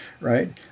right